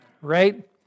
Right